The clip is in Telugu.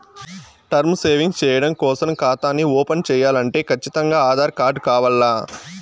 టర్మ్ సేవింగ్స్ చెయ్యడం కోసరం కాతాని ఓపన్ చేయాలంటే కచ్చితంగా ఆధార్ కార్డు కావాల్ల